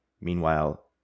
Meanwhile